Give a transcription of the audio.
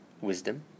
wisdom